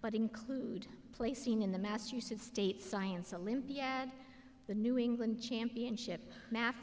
but include play scene in the massachusetts state science a limpia the new england championship math